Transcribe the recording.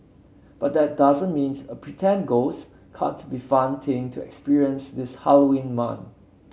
but that doesn't means a pretend ghost can't be fun thing to experience this Halloween month